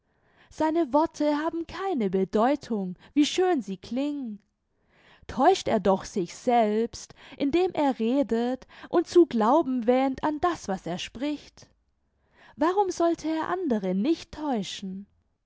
seine worte haben keine bedeutung wie schön sie klingen täuscht er doch sich selbst indem er redet und zu glauben wähnt an das was er spricht warum sollte er andere nicht täuschen